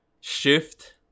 shift